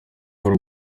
w’u